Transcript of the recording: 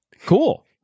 Cool